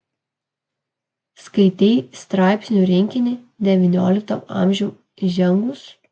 skaitei straipsnių rinkinį devynioliktan amžiun įžengus